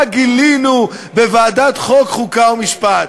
מה גילינו בוועדת החוקה, חוק ומשפט?